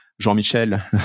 Jean-Michel